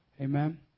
Amen